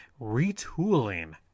retooling